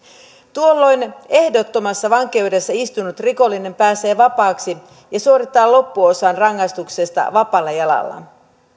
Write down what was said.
tuolloin ehdottomassa vankeudessa istunut rikollinen pääsee vapaaksi ja suorittaa loppuosan rangaistuksesta vapaalla jalalla